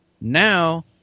Now